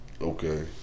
Okay